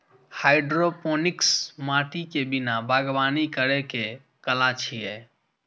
hydroponics माटि के बिना बागवानी करै के कला छियै